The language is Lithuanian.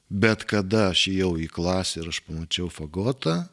bet kada aš įėjau į klasę ir aš pamačiau fagotą